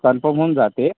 confirm होऊन जाते